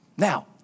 Now